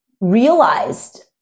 realized